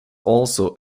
also